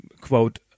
quote